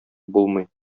булмый